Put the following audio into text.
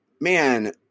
Man